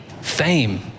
Fame